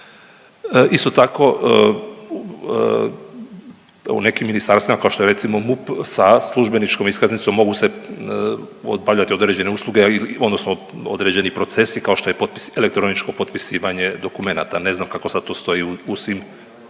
Isto tako u nekim ministarstvima kao što je recimo MUP sa službeničkom iskaznicom mogu se obavljati određene usluge odnosno određeni procesi kao što je elektroničko potpisivanje dokumenata. Ne znam kako to sad stoji u svim